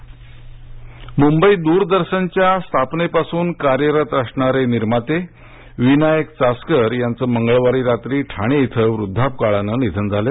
चासकर निधन मुंबई द्रदर्शनच्या स्थापनेपासून कार्यरत असणारे निर्माते विनायक चासकर यांचे मंगळवारी रात्री ठाणे इथे वृद्धापकाळाने निधन झाले